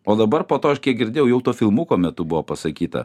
o dabar po to aš kiek girdėjau jau to filmuko metu buvo pasakyta